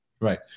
Right